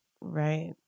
Right